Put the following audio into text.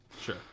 sure